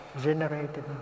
generated